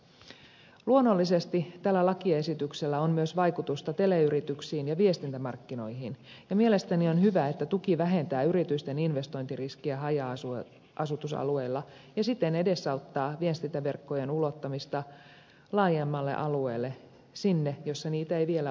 luonnollisesti tällä lakiesityksellä on myös vaikutusta teleyrityksiin ja viestintämarkkinoihin ja mielestäni on hyvä että tuki vähentää yritysten investointiriskiä haja asutusalueilla ja siten edesauttaa viestintäverkkojen ulottamista laajemmalle alueelle sinne missä niitä ei vielä ole